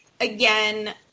again